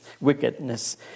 wickedness